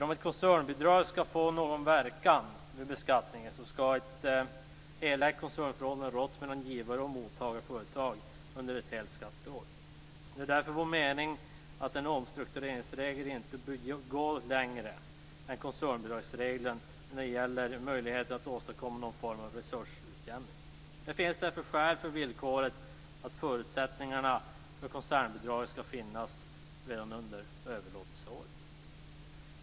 Om ett koncernbidrag skall få någon verkan vid beskattning skall ett helägt koncernförhållande ha rått mellan givar och mottagarföretag under ett helt skatteår. Det är därför vår mening att en omstruktureringsregel inte bör gå längre än koncernbidragsreglerna när det gäller möjligheten att åstadkomma någon form av resursutjämning. Det finns därför skäl för villkoret att förutsättningarna för koncernbidrag skall finnas redan under överlåtelseåret.